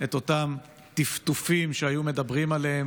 את אותם טפטופים שהיו מדברים עליהם